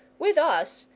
with us,